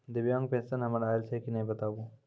दिव्यांग पेंशन हमर आयल छै कि नैय बताबू?